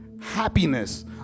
happiness